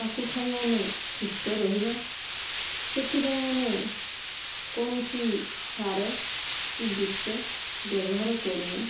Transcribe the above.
ତାକୁ ଖାଇ ଆମେ ସୁସ୍ଥ ରହିବା ସେଥିପାଇଁ ଆମେ କୌଣସି ସାର କି ବିଷ ବ୍ୟବହାର କରୁନା